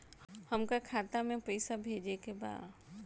हमका खाता में पइसा भेजे के बा